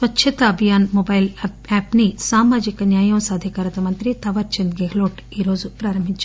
స్వచ్చతా Abhiyan mobile app ని సామాజిక న్యాయం సాధికారత మంత్రి తావర్చంద్ గెహ్డోట్ ఈరోజు ప్రారంభించారు